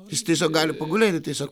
jis tiesiog gali pagulėti tiesiog